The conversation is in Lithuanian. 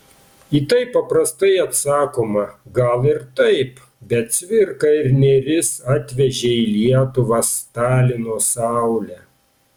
į tai paprastai atsakoma gal ir taip bet cvirka ir nėris atvežė į lietuvą stalino saulę